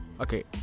okay